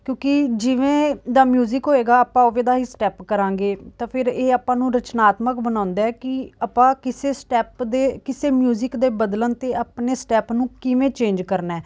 ਕਿਉਂਕਿ ਜਿਵੇਂ ਦਾ ਮਿਊਜ਼ਿਕ ਹੋਵੇਗਾ ਆਪਾਂ ਓਵੇਂ ਦਾ ਹੀ ਸਟੈਪ ਕਰਾਂਗੇ ਤਾਂ ਫਿਰ ਇਹ ਆਪਾਂ ਨੂੰ ਰਚਨਾਤਮਕ ਬਣਾਉਂਦਾ ਹੈ ਕਿ ਆਪਾਂ ਕਿਸੇ ਸਟੈਪ ਦੇ ਕਿਸੇ ਮਿਊਜ਼ਿਕ ਦੇ ਬਦਲਣ 'ਤੇ ਆਪਣੇ ਸਟੈਪ ਨੂੰ ਕਿਵੇਂ ਚੇਂਜ ਕਰਨਾ